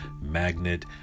Magnet